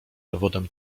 dowodem